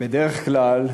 בדרך כלל,